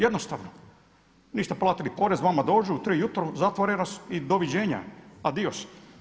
Jednostavno, niste platili porez, vama dođu u 3 ujutro, zatvore vas i doviđenja, adios.